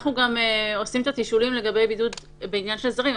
אנחנו גם עושים את התשאולים לגבי בידוד בעניין של זרים,